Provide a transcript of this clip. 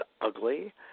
ugly